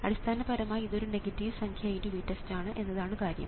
അടിസ്ഥാനപരമായി ഇത് ഒരു നെഗറ്റീവ് സംഖ്യ × VTEST ആണ് എന്നതാണ് കാര്യം